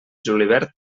julivert